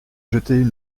jetaient